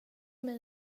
mig